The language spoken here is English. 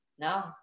No